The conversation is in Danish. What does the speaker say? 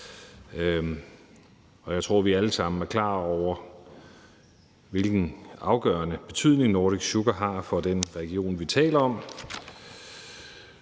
Jeg tror, vi alle sammen er klar over, hvilken afgørende betydning Nordic Sugar har for den region, vi taler om.